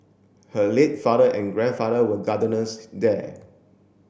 her late father and grandfather were gardeners there